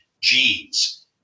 genes